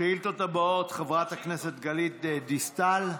השאילתות: חברת הכנסת גלית דיסטל,